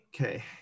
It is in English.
Okay